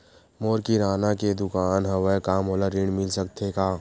मोर किराना के दुकान हवय का मोला ऋण मिल सकथे का?